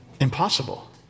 Impossible